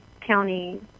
County